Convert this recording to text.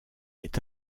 est